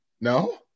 No